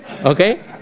Okay